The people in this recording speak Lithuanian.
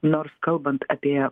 nors kalbant apie